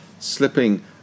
slipping